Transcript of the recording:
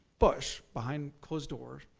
bush, behind closed doors,